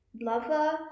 lover